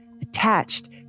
attached